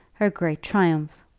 her great triumph!